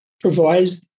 provides